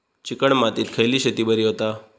Chicken मातीत खयली शेती बरी होता?